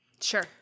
Sure